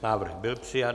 Návrh byl přijat.